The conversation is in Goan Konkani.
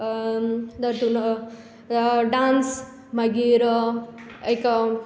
हातून डान्स मागीर एक